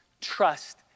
trust